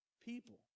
people